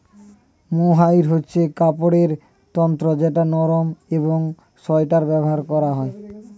mohair হচ্ছে কাপড়ের তন্তু যেটা নরম একং সোয়াটারে ব্যবহার করা হয়